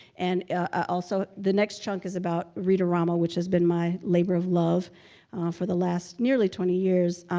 and also, the next chunk is about read-a-rama which has been my labor of love for the last nearly twenty years.